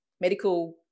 medical